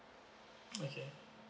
okay